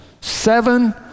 seven